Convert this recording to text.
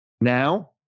now